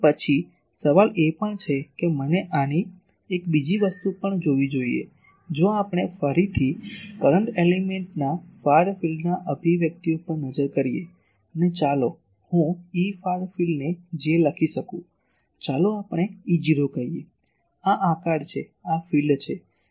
પરંતુ પછી સવાલ એ પણ છે કે મને આની એક બીજી વસ્તુ પણ જોવી જોઈએ જો આપણે ફરીથી કરંટ એલીમેન્ટના ફાર ફિલ્ડના અભિવ્યક્તિઓ પર નજર કરીએ અને ચાલો હું Efar field ને j લખી શકું ચાલો આપણે E0 કહીએ આ આકાર છે આ ફિલ્ડ છે